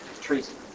Treason